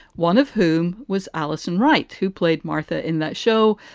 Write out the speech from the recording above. one of whom was allison wright, who played martha in that show,